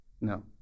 No